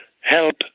help